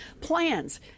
plans